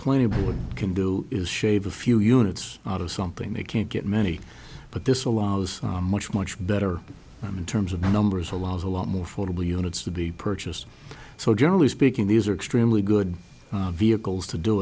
playability can do is shave a few units out of something they can't get many but this allows much much better and in terms of numbers allows a lot more affordable units to be purchased so generally speaking these are extremely good vehicles to do